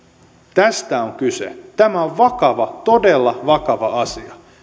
tästä on kyse tämä on vakava todella vakava asia